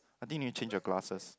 I think you need to change your glasses